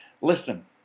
listen